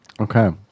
Okay